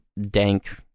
dank